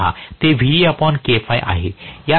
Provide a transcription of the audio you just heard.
हे पहा ते आहे